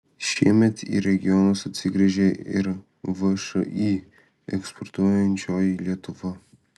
šiemet į regionus atsigręžė ir všį eksportuojančioji lietuva